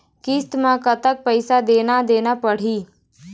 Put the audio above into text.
किस्त म कतका पैसा देना देना पड़ही?